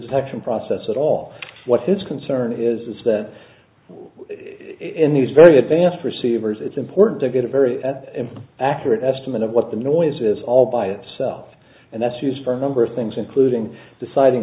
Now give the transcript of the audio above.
detection process at all what his concern is is that in these very advanced receivers it's important to get a very accurate estimate of what the noise is all by itself and that's used for a number of things including deciding